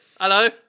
Hello